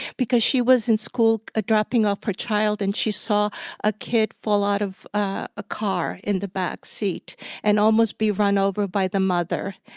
because she was at school dropping off her child, and she saw a kid fall out of a car in the backseat and almost be run over by the mother.